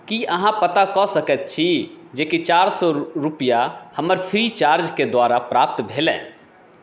की अहाँ पता कऽ सकैत छी जे कि चारि सए रुपैआ हमर फ्रीचार्ज के द्वारा प्राप्त भेलै